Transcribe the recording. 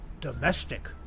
domestic